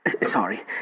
Sorry